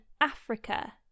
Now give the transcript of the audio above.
Africa